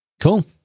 Cool